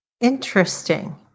Interesting